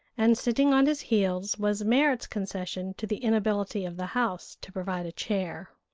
and sitting on his heels was merrit's concession to the inability of the house to provide a chair.